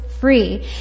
free